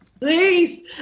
please